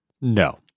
No